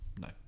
No